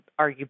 arguably